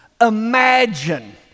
Imagine